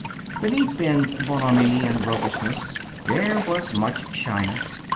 beneath ben's bonhomie and roguishness there was much shyness.